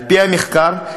על-פי המחקר,